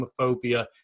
homophobia